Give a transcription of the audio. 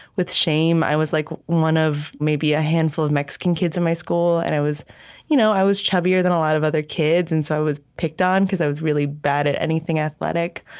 with shame. i was like one of maybe a handful of mexican kids in my school. and i was you know i was chubbier than a lot of other kids, and so i was picked on, because i was really bad at anything athletic.